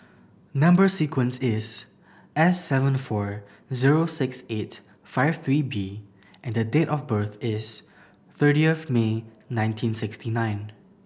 number sequence is S seven four zero six eight five three B and date of birth is thirtieth May nineteen sixty nine